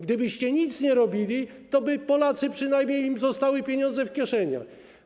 Gdybyście nic nie robili, toby Polakom przynajmniej zostały pieniądze w kieszeniach.